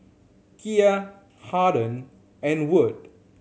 Kiya Harden and Wood